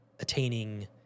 attaining